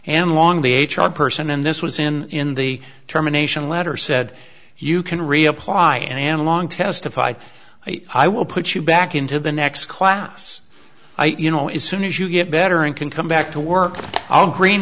and long the h r person in this was in in the terminations letter said you can reapply and long testified i will put you back into the next class i you know is soon as you get better and can come back to work i'll g